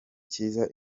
cyiza